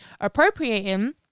appropriating